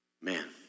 Man